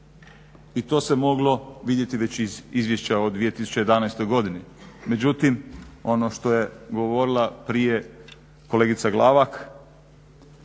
i to se moglo vidjeti već iz izvješća o 2011. godini. Međutim ono što je govorila prije kolegica Glavak,